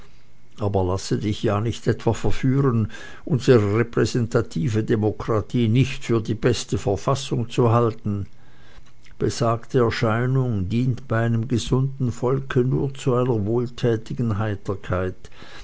aber lasse dich ja nicht etwa verführen unsere repräsentative demokratie nicht für die beste verfassung zu halten besagte erscheinung dient bei einem gesunden volke nur zu einer wohltätigen heiterkeit